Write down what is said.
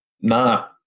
nah